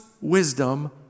wisdom